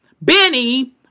Benny